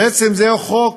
בעצם זהו חוק,